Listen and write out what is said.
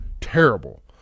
Terrible